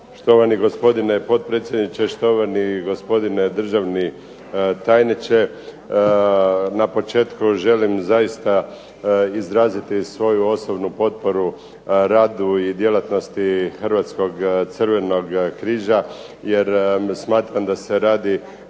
Štovani gospodine potpredsjedniče, štovani gospodine državni tajniče. Na početku želim izraziti svoju osobnu potporu radu i djelatnosti Hrvatskog Crvenog križa jer smatram da se radi